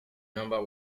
number